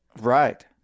Right